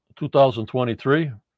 2023